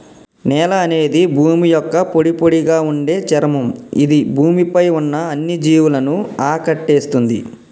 నేల అనేది భూమి యొక్క పొడిపొడిగా ఉండే చర్మం ఇది భూమి పై ఉన్న అన్ని జీవులను ఆకటేస్తుంది